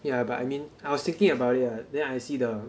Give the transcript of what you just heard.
yeah but I mean I was thinking about it ah then I see the